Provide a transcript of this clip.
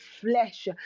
flesh